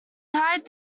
tied